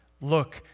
look